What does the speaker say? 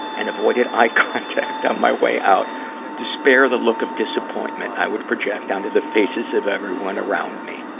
and avoided eye contact on my way out to spare the look of disappointment i would project onto the faces of everyone around me.